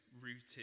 rooted